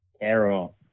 Carol